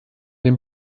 dem